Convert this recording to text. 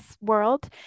world